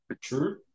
True